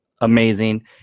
amazing